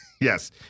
Yes